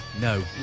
No